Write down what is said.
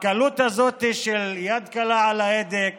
הקלות הזאת של יד קלה על ההדק